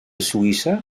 suïssa